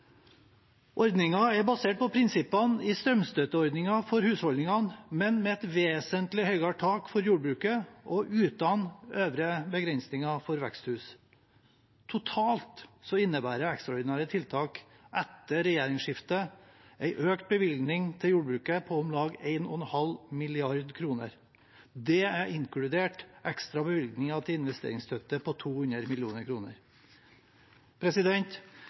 er basert på prinsippene i strømstøtteordningen for husholdningene, men med et vesentlig høyere tak for jordbruket og uten øvre begrensninger for veksthus. Totalt innebærer ekstraordinære tiltak etter regjeringsskiftet en økt bevilgning til jordbruket på om lag 1,5 mrd. kr. Det er inkludert ekstra bevilgninger til investeringsstøtte på 200